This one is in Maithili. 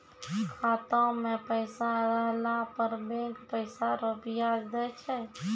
खाता मे पैसा रहला पर बैंक पैसा रो ब्याज दैय छै